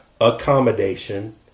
accommodation